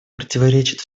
противоречит